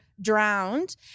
drowned